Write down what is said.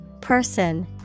person